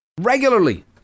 Regularly